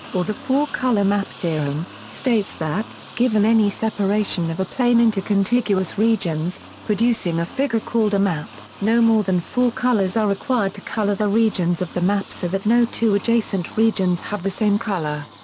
or the four color map theorem, states that, given any separation of a plane into contiguous regions, producing a figure called a map, no more than four colors are required to color the regions of the map so that no two adjacent regions have the same color.